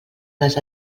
les